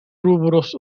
rubros